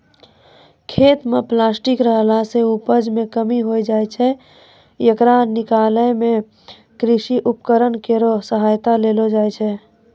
खेत म प्लास्टिक रहला सें उपज मे कमी होय जाय छै, येकरा निकालै मे कृषि उपकरण केरो सहायता लेलो जाय छै